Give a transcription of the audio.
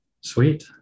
Sweet